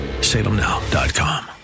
Salemnow.com